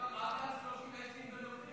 הוא גם עקר עצים.